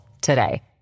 today